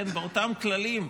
באותם כללים,